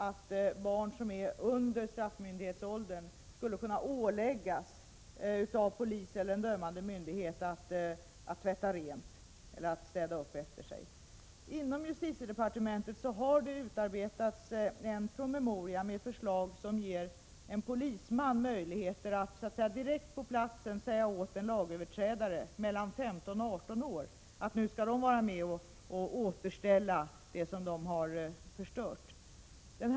Det gäller då t.ex. möjligheten att barn som inte är straffmyndiga av polis eller dömande myndighet skulle kunna åläggas att tvätta rent eller att städa upp efter sig. Inom jusititedepartementet har det utarbetats en promemoria med förslag som innebär att en polisman får möjligheter att direkt på platsen säga åt den lagöverträdare som är mellan 15 och 18 år gammal att han eller hon skall vara med och återställa det som han eller hon har förstört.